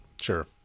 Sure